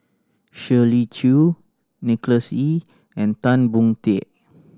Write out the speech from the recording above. Shirley Chew Nicholas Ee and Tan Boon Teik